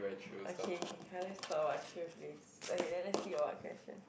okay okay come let's come talk about chill place okay let let's see got what question